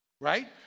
right